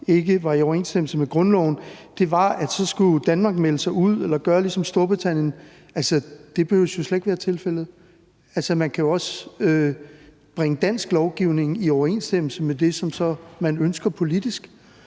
ikke var i overensstemmelse med grundloven, var, at så skulle Danmark melde sig ud eller gøre ligesom Storbritannien. Altså, det behøver jo slet ikke være tilfældet, man kan jo også bringe dansk lovgivning i overensstemmelse med det, som man ønsker politisk.